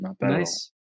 nice